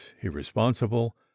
irresponsible